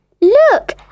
Look